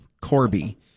Corby